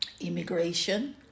immigration